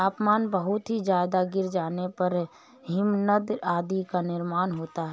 तापमान बहुत ही ज्यादा गिर जाने पर हिमनद आदि का निर्माण हो जाता है